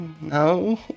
No